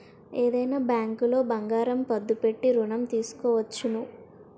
ఏదైనా బ్యాంకులో బంగారం పద్దు పెట్టి ఋణం తీసుకోవచ్చును